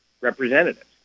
representatives